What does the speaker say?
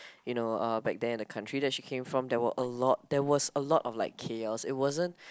you know uh back then the country that she came from there were a lot there was a lot of like chaos it wasn't